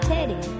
Teddy